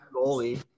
goalie